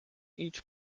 each